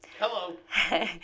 Hello